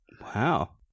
Wow